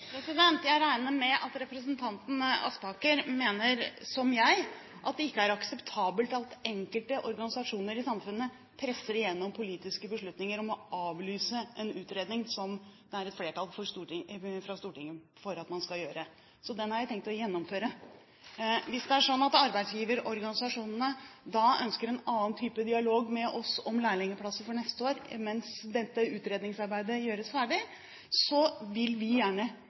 Jeg regner med at representanten Aspaker mener – som meg – at det ikke er akseptabelt at enkelte organisasjoner i samfunnet presser igjennom politiske beslutninger om å avlyse en utredning som det er et flertall i Stortinget for at man skal gjøre. Så den har jeg tenkt å gjennomføre! Hvis det er slik at arbeidsgiverorganisasjonene ønsker en annen type dialog med oss om lærlingplasser for neste år mens dette utredningsarbeidet gjøres ferdig, vil vi gjerne